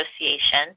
association